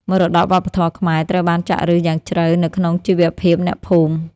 មរតកវប្បធម៌ខ្មែរត្រូវបានចាក់ឫសយ៉ាងជ្រៅនៅក្នុងជីវភាពអ្នកភូមិ។